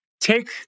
take